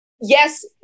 yes